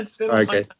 okay